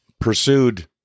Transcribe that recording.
pursued